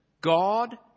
God